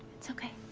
it's okay.